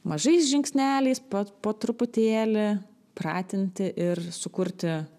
mažais žingsneliais po po truputėlį pratinti ir sukurti